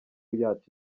yacu